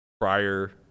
prior